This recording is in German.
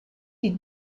die